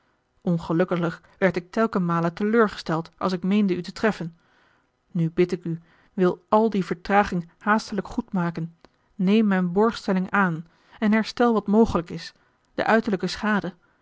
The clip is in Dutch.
ongelukkiglijk werd ik telkenmale teleurgesteld als ik meende u te treffen nu bid ik u wil àl die vertraging haastelijk goedmaken neem mijne borgstelling aan en herstel wat mogelijk is de uiterlijke schade